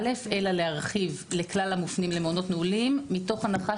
להרחיב לכלל המופנים למעונות נעולים מתוך הנחה